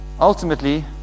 ultimately